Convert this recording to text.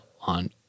on